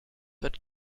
wird